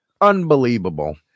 Unbelievable